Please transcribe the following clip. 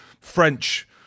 French